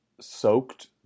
soaked